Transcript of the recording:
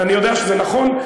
אני יודע שזה נכון,